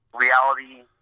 reality